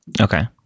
okay